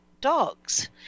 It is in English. dogs